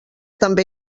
també